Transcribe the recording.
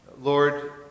Lord